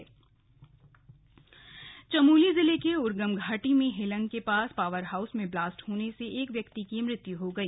slug blast Chamoli Chamoli जिले के उर्गम घाटी में हेंलग के पास पावरहाउस में ब्लास्ट होने से एक व्यक्ति की मौत हो गई